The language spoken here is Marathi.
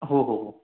हो हो हो